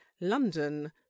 London